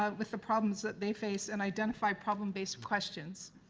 ah with the problems that they face and identify problem based questions.